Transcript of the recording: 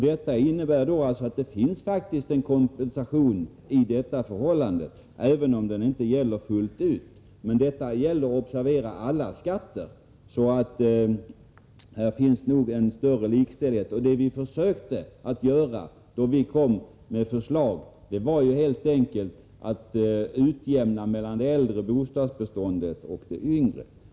Detta förhållande innebär att det faktiskt finns en kompensation, även om den inte slår igenom fullt ut — men observera att detta gäller alla skatter. Här finns nog en likställighet. Vad vi försökte göra när vi lade fram förslag var ju helt enkelt att utjämna mellan det äldre bostadsbeståndet och det yngre.